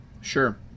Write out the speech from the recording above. Sure